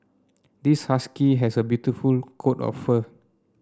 this husky has a beautiful coat of fur